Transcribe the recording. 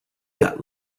got